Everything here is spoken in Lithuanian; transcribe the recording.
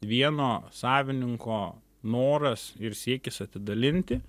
vieno savininko noras ir siekis atidalinti